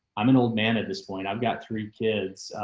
i'm an old man, at this point, i've got three kids,